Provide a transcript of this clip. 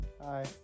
Hi